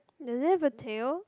does it have a tail